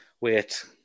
Wait